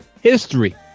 history